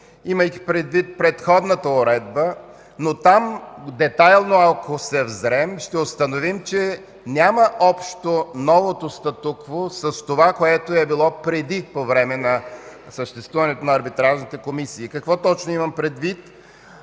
имайки предвид предходната уредба. Но там, ако се взрем в детайли, ще установим, че няма общо между новото статукво и това, което е било преди съществуването на арбитражните комисии. Какво точно имам предвид?